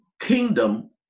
kingdom